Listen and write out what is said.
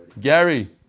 Gary